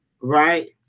Right